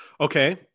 Okay